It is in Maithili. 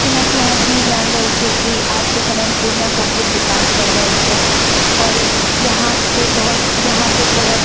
जेनाकि अहाँसुनी जान रहल छियै की आजके समय मे पूर्णिया काफी विकास कर रहल छै आओर यहाँपर बहुत यहाँपर बहुत